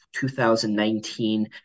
2019